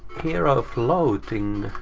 hero floating